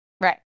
right